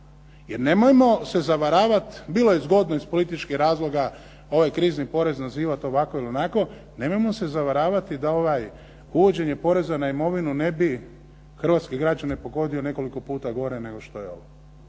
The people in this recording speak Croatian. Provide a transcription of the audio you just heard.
Jer nemojmo se zavaravati bilo je zgodno iz političkih razloga ovaj krizni porez nazivati ovako ili onako. Nemojmo se zavaravati da ovaj, uvođenje poreza na imovinu ne bi hrvatske građane pogodio nekoliko puta gore nego što je ovo.